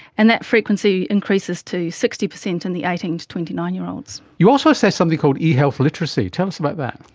and that frequency increases to sixty percent in the eighteen to twenty nine year olds. you also assess something called e-health literacy. tell us about that.